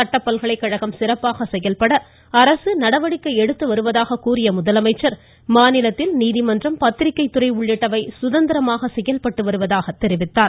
சட்டப்பல்கலைகழகம் சிறப்பாக செயல்பட அரசு நடவடிக்கை எடுத்து வருவதாக கூறிய அவர் மாநிலத்தில் நீதிமன்றம் பத்திரிக்கை துறை உள்ளிட்டவை சுதந்திரமாக செயல்பட்டு வருவதாக தெரிவித்தார்